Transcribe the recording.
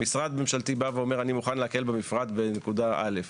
אם משרד ממשלתי בא ואומר "אני מוכן להקל במפרט בנקודה א',